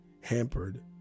hampered